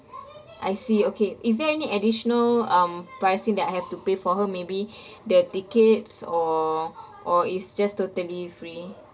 I see okay is there any additional um pricing that I have to pay for her maybe the tickets or or it's just totally free